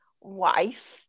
wife